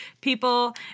people